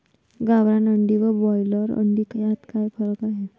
गावरान अंडी व ब्रॉयलर अंडी यात काय फरक आहे?